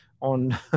on